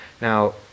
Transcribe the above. Now